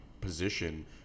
position